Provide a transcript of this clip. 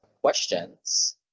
questions